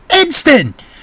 instant